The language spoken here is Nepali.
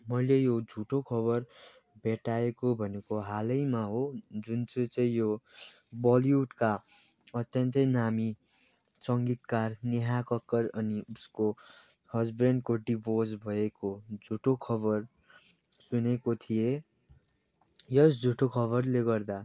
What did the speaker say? मैले यो झुटो खबर भेटाएको भनेको हालैमा हो जुन चाहिँ चाहिँ यो बलिउडका अत्यन्तै नामी सङ्गीतकार नेहा ककर अनि उसको हस्बेन्डको डिभोर्स भएको झुटो खबर सुनेको थिएँ यस झुटो खबरले गर्दा